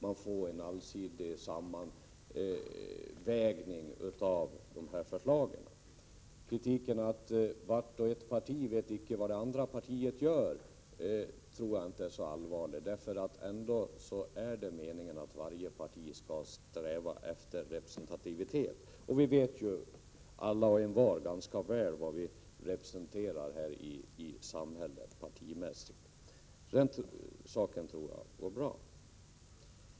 Man får en allsidig sammanvägning av förslagen. Argumentet att vart och ett parti icke vet vad de andra gör tycker jag inte är så allvarligt. Det är ju ändå meningen att varje parti skall sträva efter representativitet. Vi vet ju alla och envar ganska väl vad vi partimässigt representerar i samhället. Den saken tror jag alltså går bra.